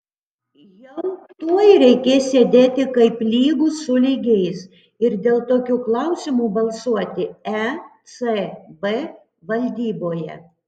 jau tuoj reikės sėdėti kaip lygūs su lygiais ir dėl tokių klausimų balsuoti ecb valdyboje